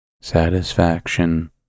satisfaction